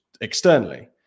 externally